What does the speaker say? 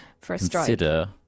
consider